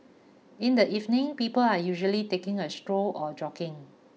in the evenings people are usually taking a stroll or jogging